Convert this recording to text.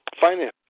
finance